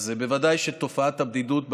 בוודאי תופעת הבדידות,